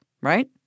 right